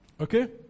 Okay